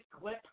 clip